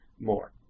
more